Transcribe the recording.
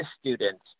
students